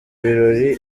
birori